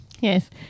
yes